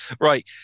Right